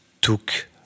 took